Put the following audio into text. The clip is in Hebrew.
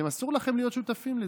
אסור לכם להיות שותפים לזה.